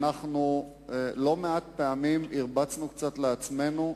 אנחנו לא מעט פעמים הרבצנו קצת לעצמנו,